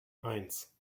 eins